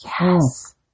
Yes